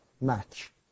match